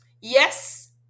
Yes